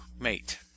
Mate